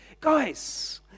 guys